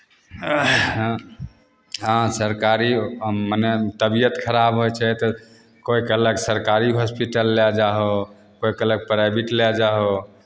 हँ सरकारी मने तबियत खराब होइ छै तऽ कोइ कहलक सरकारी हॉस्पिटल लए जाहो कोइ कहलक प्राइवेट लए जाहो